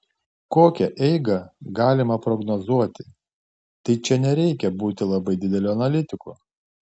kokią eigą galima prognozuoti tai čia nereikia būti labai dideliu analitiku